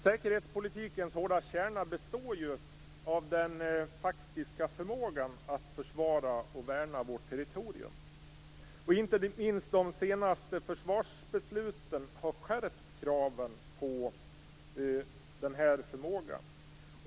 Säkerhetspolitikens hårda kärna består ju av den faktiska förmågan att försvara och värna vårt territorium. Inte minst de senaste försvarsbesluten har skärpt kraven på denna förmåga.